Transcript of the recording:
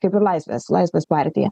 kaip ir laisvės laisvės partija